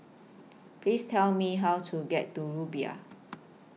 Please Tell Me How to get to Rumbia